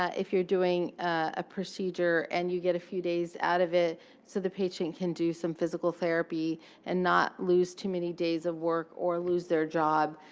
ah if you're doing a procedure, and you get a few days out of it so the patient can do some physical therapy and not lose too many days of work or lose their job,